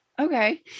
Okay